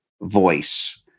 voice